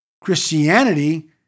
Christianity